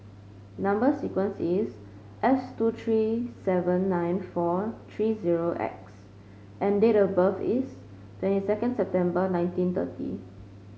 number sequence is S two six seven nine four three zero X and date of birth is twenty second September nineteen thirty